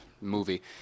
movie